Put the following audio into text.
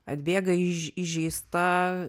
atbėga įž įžeista